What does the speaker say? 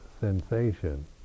sensation